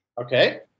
Okay